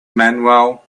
manuel